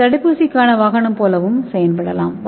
இது தடுப்பூசிக்கான வாகனம் போலவும் செயல்படலாம்